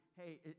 hey